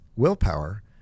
willpower